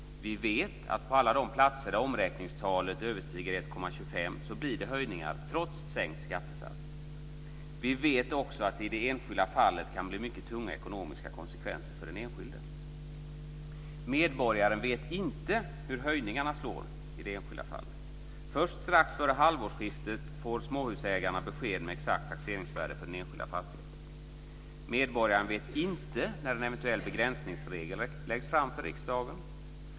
Vi vet att på alla de platser där omräkningstalet överstiger 1,25 blir det höjningar trots sänkt skattesats. Vi vet också att det i det enskilda fallet kan bli mycket tunga ekonomiska konsekvenser för den enskilde. Medborgaren vet inte hur höjningarna slår i det enskilda fallet. Först strax före halvårsskiftet får småhusägarna besked om exakt taxeringsvärde för den enskilda fastigheten. Medborgaren vet inte när en eventuell begränsningsregel läggs fram för riksdagen.